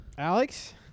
Alex